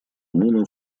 муна